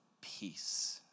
peace